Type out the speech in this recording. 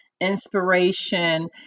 inspiration